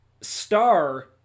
star